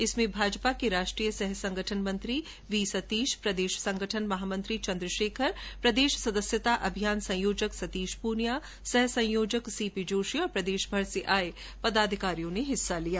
कार्यशाला में भाजपा के राष्ट्रीय सह संगठन मंत्री वी सतीश प्रदेश संगठन महामंत्री चन्द्रशेखर प्रदेश सदस्यता अभियान संयोजक सतीश पूनिया सह संयोजक सीपी जोशी और प्रदेशमर से आए पदाधिकारियों ने भाग लिया